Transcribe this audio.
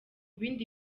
bindi